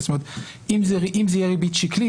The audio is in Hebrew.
זאת אומרת שאם זו תהיה ריבית שקלית,